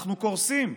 אנחנו קורסים.